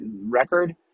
record